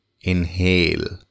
Inhale